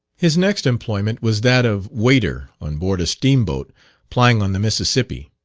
his next employment was that of waiter on board a steam-boat plying on the mississippi.